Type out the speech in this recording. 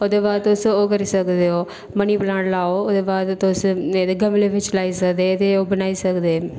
ओह्दे बाद तुस ओह् करी सकदे ओ मनी प्लांट लाओ ओह्दे बाद तुस एह्दे गमलें बिच्च लाई सकदे ते ओह् बनाई सकदे